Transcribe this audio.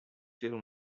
fill